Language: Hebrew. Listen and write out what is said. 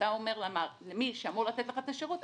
שאתה אומר למי שאמור לתת לך את השירות,